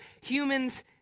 Humans